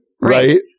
right